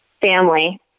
Family